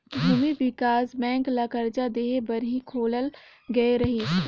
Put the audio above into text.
भूमि बिकास बेंक ल करजा देहे बर ही खोलल गये रहीस